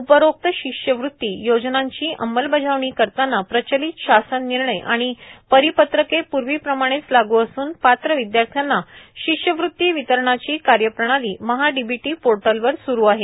उपरोक्त शिष्यवृत्ती योजनांची अमंलबजावणी करताना प्रचलित शासन निर्णय आणि परिपत्रके पूर्वीप्रमाणेच लागू असून पात्र विद्यार्थ्यांना शिष्यवृत्ती वितरणाची कार्यप्रणाली महाडीबीटी पोर्टलवर सुरू आहे